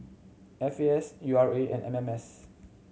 F A S U R A and M M S